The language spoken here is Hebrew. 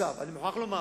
אני מוכרח לומר